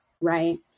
right